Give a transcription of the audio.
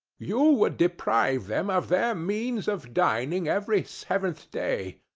you would deprive them of their means of dining every seventh day,